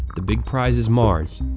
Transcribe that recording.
the big prize is mars.